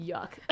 Yuck